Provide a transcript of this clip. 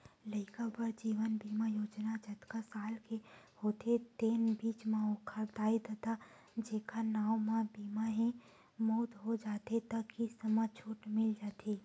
लइका बर जीवन बीमा योजना जतका साल के होथे तेन बीच म ओखर दाई ददा जेखर नांव म बीमा हे, मउत हो जाथे त किस्त म छूट मिल जाथे